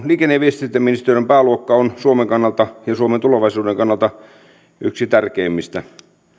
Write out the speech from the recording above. liikenne ja viestintäministeriön pääluokka on suomen ja suomen tulevaisuuden kannalta yksi tärkeimmistä